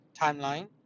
timeline